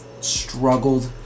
struggled